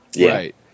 Right